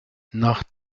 nach